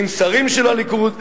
עם שרים של הליכוד,